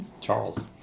Charles